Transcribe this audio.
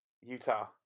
Utah